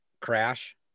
crash